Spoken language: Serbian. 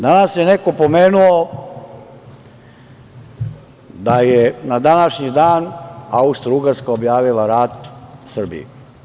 Danas je neko pomenuo da je na današnji dan Austrougarska objavila rat Srbiji.